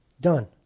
Done